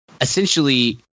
essentially